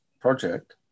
project